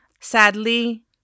Sadly